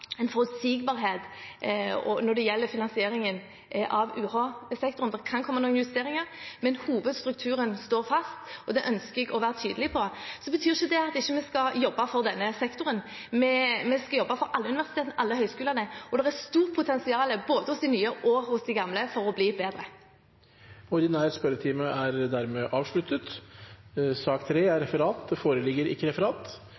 forutsigbarhet når det gjelder finansieringen av UH-sektoren. Det kan komme noen justeringer, men hovedstrukturen står fast. Det ønsker jeg å være tydelig på. Så betyr ikke det at vi ikke skal jobbe for denne sektoren. Vi skal jobbe for alle universitetene og alle høyskolene, og det er et stort potensial – både hos de nye og hos de gamle – for å bli bedre. Sak nr. 2 – Ordinær spørretime – er dermed avsluttet. Det foreligger ikke noe referat.